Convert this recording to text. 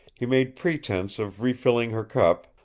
he made pretense of refilling her cup,